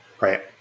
right